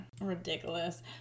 Ridiculous